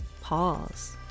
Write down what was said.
pause